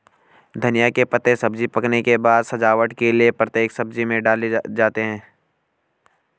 धनिया के पत्ते सब्जी पकने के बाद सजावट के लिए प्रत्येक सब्जी में डाले जाते हैं